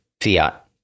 Fiat